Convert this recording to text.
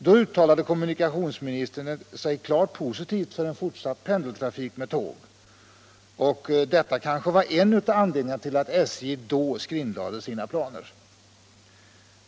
Då uttalade sig kommunikationsministern klart positivt för en fortsatt pendeltrafik med tåg. Detta kanske var en av anledningarna till att SJ då skrinlade sina planer.